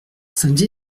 sainte